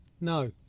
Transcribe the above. No